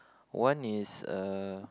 one is uh